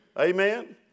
Amen